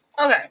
okay